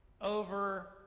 over